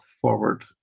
forward